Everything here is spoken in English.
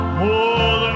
more